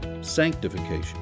sanctification